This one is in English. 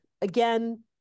Again